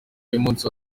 y’umunsi